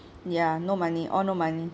ya no money all no money